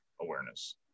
awareness